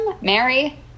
Mary